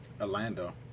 Orlando